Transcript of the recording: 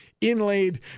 inlaid